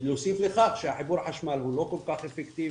שנוסיף לכך, שהחיבור חשמל הוא לא כל כך אפקטיבי.